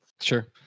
Sure